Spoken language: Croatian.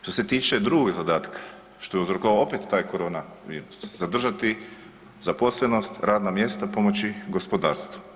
Što se tiče drugog zadatka, što je uzrokovao opet taj koronavirus, zadržati zaposlenost, radna mjesta, pomoći gospodarstvu.